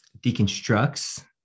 deconstructs